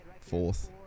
fourth